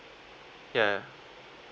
ya